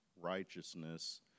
righteousness